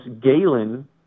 Galen